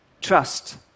trust